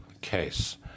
case